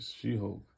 She-Hulk